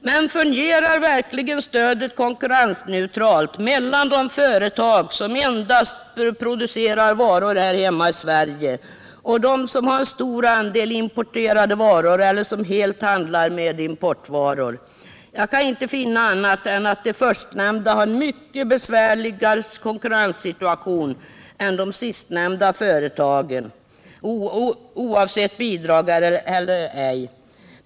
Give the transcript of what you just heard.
Men fungerar = strin, m.m. verkligen stödet konkurrensneutralt mellan de företag som endast producerar varor hemma i Sverige och dem som har en stor andel importerade varor eller helt handlar med importvaror? Jag kan inte finna annat än att de förstnämnda har en mycket besvärligare konkurrenssituation än de sistnämnda företagen, oavsett om de får bidrag eller ej.